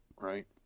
right